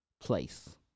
place